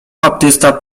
baptysta